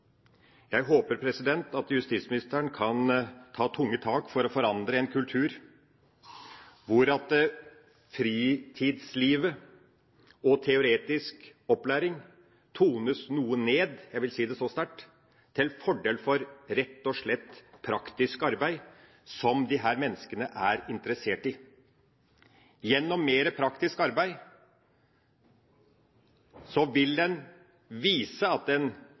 Jeg håper at justisministeren kan ta tunge tak for å forandre en kultur hvor fritidslivet og teoretisk opplæring tones noe ned – jeg vil si det så sterkt – til fordel for rett og slett praktisk arbeid som disse menneskene er interessert i. Gjennom mer praktisk arbeid vil en vise at en